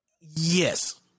yes